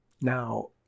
Now